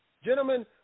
Gentlemen